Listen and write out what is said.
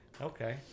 okay